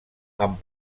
amb